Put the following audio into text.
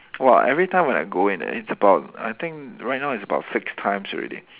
!wah! every time when I go in ah it's about I think right now it's about six times already